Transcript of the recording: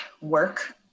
work